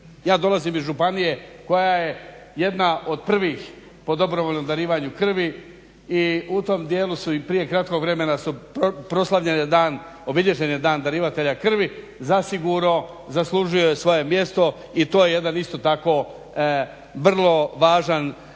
Ja dolazim iz županije koja je jedna od prvih po dobrovoljnom darivanju krvi i u tom dijelu su i prije kratkog vremena su proslavljene, obilježen je dan darivatelja krvi zasigurno zaslužuje svoje mjesto i to je jedan isto tako vrlo važan